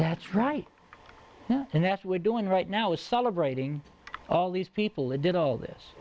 that's right now and that we're doing right now is celebrating all these people that did all this